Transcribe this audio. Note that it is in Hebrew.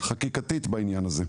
חקיקתית בעניין הזה.